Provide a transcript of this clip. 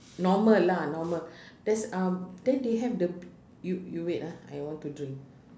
normal lah normal there's um then they have the you you wait ah I want to drink